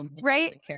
right